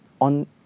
On